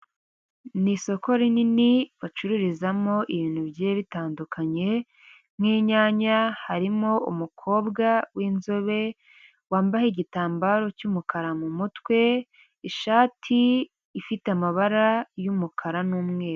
Ni isoko rinini bacururizamo ibintu bigiye bitandukanye nk'inyanya, harimo umukobwa w'inzobe wambaye igitambaro cy'umukara mu mutwe, ishati ifite amabara y'umukara n'umweru.